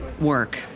work